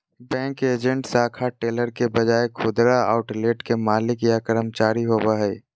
bank agent शाखा teller के बजाय खुदरा आउटलेट के मालिक या कर्मचारी होवो हइ